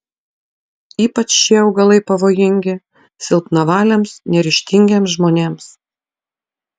ypač šie augalai pavojingi silpnavaliams neryžtingiems žmonėms